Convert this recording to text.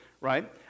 right